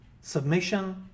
submission